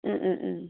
ഉം ഉം ഉം